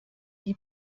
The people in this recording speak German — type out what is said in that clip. die